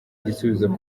igisubizo